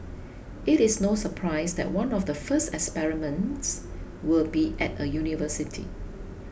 it is no surprise that one of the first experiments will be at a university